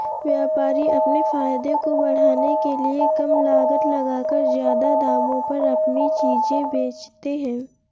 व्यापारी अपने फायदे को बढ़ाने के लिए कम लागत लगाकर ज्यादा दामों पर अपनी चीजें बेचते है